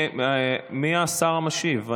מי השר המשיב?